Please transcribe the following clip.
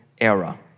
era